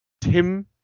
Tim